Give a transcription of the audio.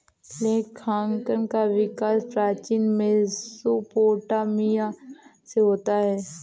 लेखांकन का विकास प्राचीन मेसोपोटामिया से होता है